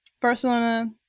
Barcelona